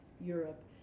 Europe